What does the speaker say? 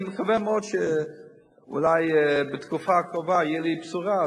אני מקווה מאוד שאולי בתקופה הקרובה תהיה לי בשורה,